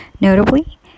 Notably